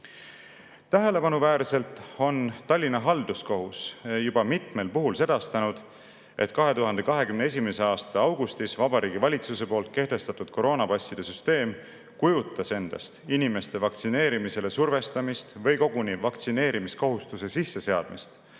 eest. Tähelepanuväärselt on Tallinna Halduskohus juba mitmel puhul sedastanud, et 2021. aasta augustis Vabariigi Valitsuse poolt kehtestatud koroonapasside süsteem kujutas endast inimeste vaktsineerimisele survestamist või koguni vaktsineerimiskohustuse sisseseadmist,